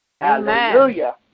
Hallelujah